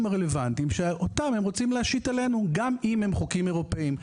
הרלוונטיים שאותם הם רוצים להשית עלינו גם אם הם חוקים אירופיים.